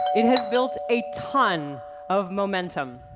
it has built a ton of momentum.